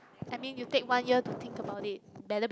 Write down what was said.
I mean you take one year to think about it better be